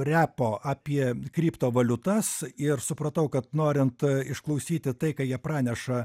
repo apie kriptovaliutas ir supratau kad norint išklausyti tai ką jie praneša